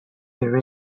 there